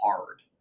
hard